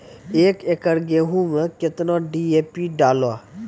एक एकरऽ गेहूँ मैं कितना डी.ए.पी डालो?